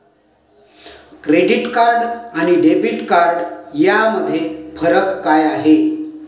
Credit card आणि debit card यामध्ये काय फरक आहे?